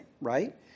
right